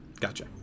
Gotcha